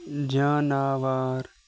جاناوار